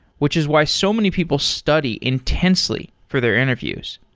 which is why so many people study intensely for their interviews.